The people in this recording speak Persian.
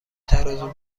ترازو